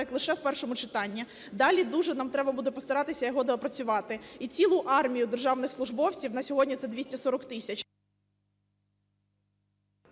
лише в першому читанні. Далі дуже нам треба постаратися доопрацювати і цілу армію державних службовців, на сьогодні це 240 тисяч…